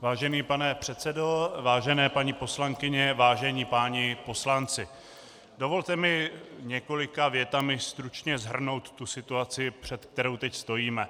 Vážený pane předsedo, vážené paní poslankyně, vážení páni poslanci, dovolte mi několika větami stručně shrnout situaci, před kterou teď stojíme.